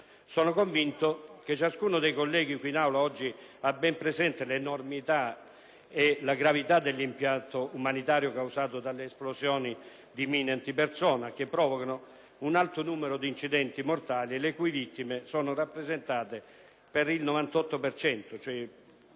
Sono convinto che ciascuno dei colleghi qui in Aula oggi ha ben presente l'enormità e la gravità dell'impatto umanitario causato dalle esplosioni di mine antipersona, che provocano un alto numero di incidenti mortali e le cui vittime sono rappresentate per il 98 per